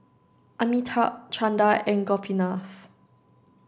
Amitabh Chanda and Gopinath